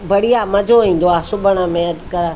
बढ़िया मज़ो ईंदो आहे सुबण में अॼु कल्ह